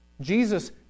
Jesus